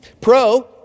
Pro